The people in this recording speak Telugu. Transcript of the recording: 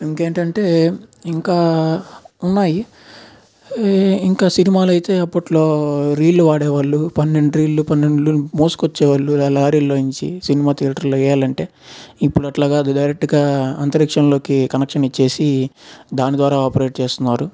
ఇంక్ ఏంటంటే ఇంకా ఉన్నాయి ఇంకా ఉన్నాయి సినిమాలయితే అప్పట్లో రీళ్ళు వాడే వాళ్ళు పన్నెండు రీళ్లు పన్నెండు రీళ్లు మోసుకొ చ్చే వాళ్ళు లారీలో నుంచి సినిమా థియేటర్లో వేయాలంటే ఇప్పుడు అట్లా కాదు డైరెక్ట్ గా అంతరిక్షంలోకి కనెక్షన్ ఇచ్చేసి దాని ద్వారా ఆపరేట్ చేస్తున్నారు